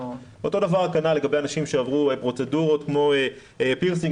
אותו דבר לגבי אנשים שעברו פרוצדורות כמו פירסינג